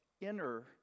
inner